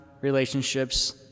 relationships